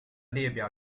列表